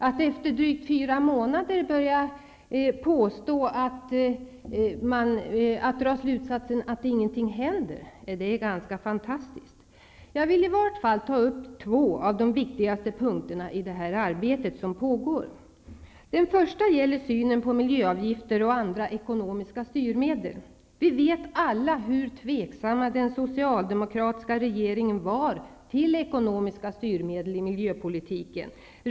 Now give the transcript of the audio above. Att efter drygt fyra månader börja dra slutsatsen att ingenting händer är ganska fantastiskt. Jag vill ta upp två av de viktigaste punkterna i det arbete som pågår. Den första punkten gäller synen på miljöavgifter och andra ekonomiska styrmedel. Vi vet alla hur tveksam den socialdemokratiska regeringen var till ekonomiska styrmedel i miljöpolitiken.